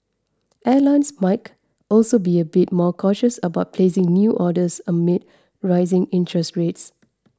airlines Mike also be a bit more cautious about placing new orders amid rising interest rates